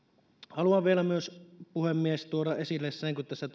haluan vielä myös puhemies tuoda esille sen kun tässä